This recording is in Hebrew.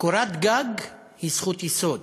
קורת גג היא זכות יסוד,